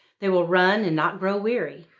they will run and not grow weary.